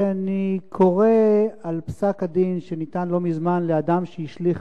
כשאני קורא על פסק-הדין שניתן לא מזמן לאדם שהשליך